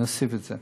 נוסיף את זה.